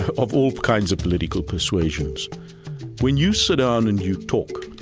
of of all kinds of political persuasions when you sit down and you talk,